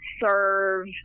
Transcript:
serve